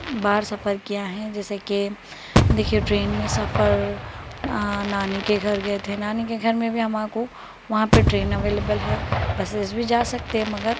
بار سفر کیا ہے جیسے کہ دیکھیے ٹرین میں سفر نانی کے گھر گئے تھے نانی گھر میں بھی ہماں کو وہاں پہ ٹرین اویلیبل ہے بسیز بھی جا سکتے مگر